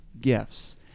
gifts